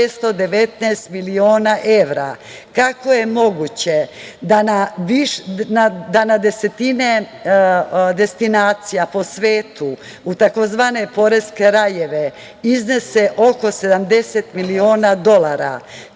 619 miliona evra? Kako je moguće da na desetine akcija po svetu, u takozvane poreske rajeve iznese oko 70 miliona dolara?